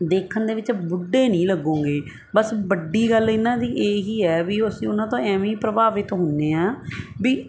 ਦੇਖਣ ਦੇ ਵਿੱਚ ਬੁੱਢੇ ਨਹੀਂ ਲੱਗੋਂਗੇ ਬਸ ਵੱਡੀ ਗੱਲ ਇਹਨਾਂ ਦੀ ਇਹ ਹੀ ਹੈ ਵੀ ਅਸੀਂ ਉਹਨਾਂ ਤੋਂ ਐਵੇਂ ਹੀ ਪ੍ਰਭਾਵਿਤ ਹੁੰਦੇ ਹਾਂ ਵੀ